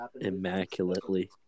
immaculately